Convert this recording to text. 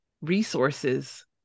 resources